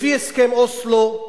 לפי הסכם אוסלו,